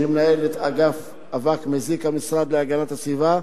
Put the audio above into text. מנהלת אגף אבק מזיק במשרד להגנת הסביבה,